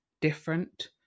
different